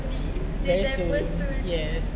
very soon yes